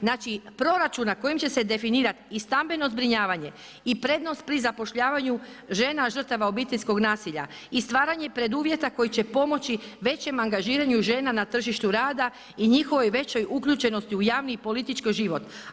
Znači proračuna koji će se definirati i stambeno zbrinjavanje i prednost pri zapošljavanju žena žrtava obiteljskog nasilja i stvaranje preduvjeta koji će pomoći većem angažiranju žena na tržištu rada i njihovoj većoj uključenosti u javni i politički život.